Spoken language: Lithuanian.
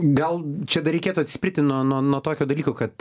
gal čia dar reikėtų atspirti nuo nuo nuo tokio dalyko kad